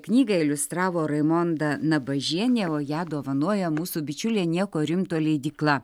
knygą iliustravo raimonda nabažienė o ją dovanoja mūsų bičiulė nieko rimto leidykla